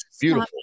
beautiful